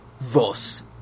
Vos